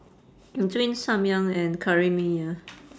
between samyang and curry mee ah